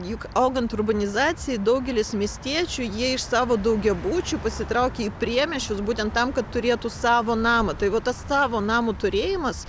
juk augant urbanizacijai daugelis miestiečių jie iš savo daugiabučių pasitraukė į priemiesčius būtent tam kad turėtų savo namą taigi vat tas savo namo turėjimas